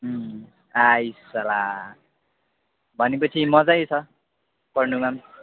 आइ साला भने पछि मजा छ पढ्नुमा